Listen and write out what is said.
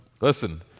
listen